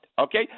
Okay